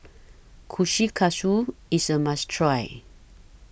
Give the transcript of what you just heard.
Kushikatsu IS A must Try